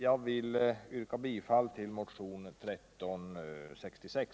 Jag vill yrka bifall till motionen 1366.